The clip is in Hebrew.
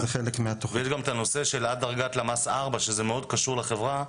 יש גם את הנושא של עד דרגת למ"ס 4 שזה מאוד קשור לחברה,